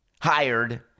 hired